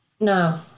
no